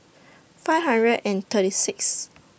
five hundred and thirty Sixth